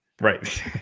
right